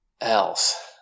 else